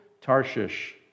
Tarshish